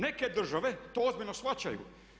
Neke države to ozbiljno shvaćaju.